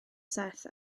seth